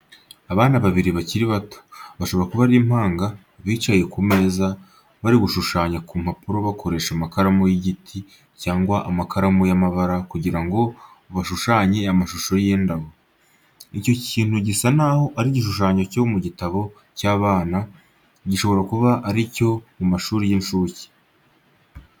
Abana babiri bakiri bato, bashobora kuba ari impanga, bicaye ku meza, bari gushushanya ku mpapuro bakoresha amakaramu y'igiti cyangwa amakaramu y'amabara kugira ngo bashushanye amashusho y'indabo. Icyo kintu gisa naho ari igishushanyo cyo mu gitabo cy'abana, gishobora kuba ari icyo mu mashuri y'incuke.